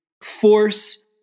force